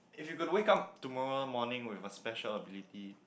if you could wake up tomorrow morning with a special ability